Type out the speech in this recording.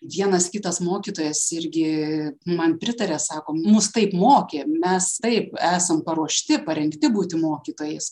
vienas kitas mokytojas irgi man pritaria sako mus taip mokė mes taip esam paruošti parengti būti mokytojais